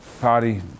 party